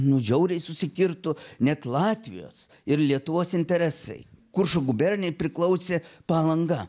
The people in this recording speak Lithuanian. nu žiauriai susikirto net latvijos ir lietuvos interesai kuršo gubernijai priklausė palanga